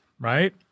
right